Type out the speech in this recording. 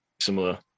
similar